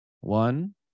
one